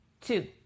Two